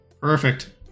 Perfect